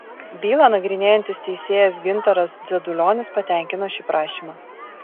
bylą nagrinėjantis teisėjas gintaras dzedulionis patenkino šį prašymą